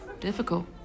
difficult